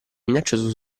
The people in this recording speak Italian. minaccioso